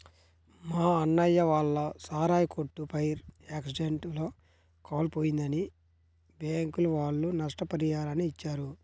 మా అన్నయ్య వాళ్ళ సారాయి కొట్టు ఫైర్ యాక్సిడెంట్ లో కాలిపోయిందని బ్యాంకుల వాళ్ళు నష్టపరిహారాన్ని ఇచ్చారు